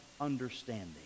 understanding